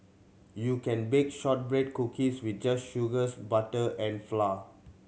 you can bake shortbread cookies with just sugars butter and flour